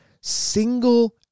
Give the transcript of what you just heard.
single